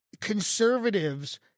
conservatives